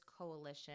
coalition